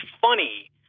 funny